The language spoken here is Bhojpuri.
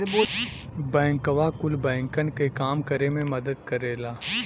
बैंकवा कुल बैंकन क काम करे मे मदद करेला